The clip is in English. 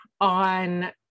on